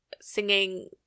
singing